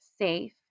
safe